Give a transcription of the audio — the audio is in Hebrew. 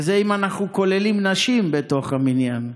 וזה אם אנחנו כוללים נשים בתוך המניין.